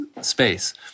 space